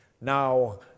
Now